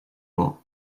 lot